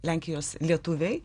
lenkijos lietuviai